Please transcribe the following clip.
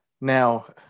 Now